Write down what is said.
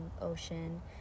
ocean